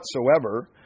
whatsoever